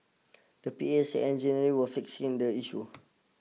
the P A said engineers were fixing the issue